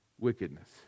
wickedness